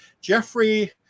Jeffrey